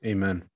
Amen